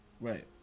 Right